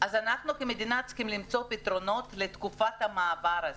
עלינו כמדינה למצוא פתרונות לתקופת המעבר הזו.